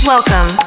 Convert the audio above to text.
Welcome